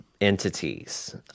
entities